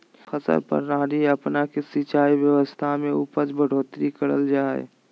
फसल प्रणाली अपना के सिंचाई व्यवस्था में उपज बढ़ोतरी करल जा हइ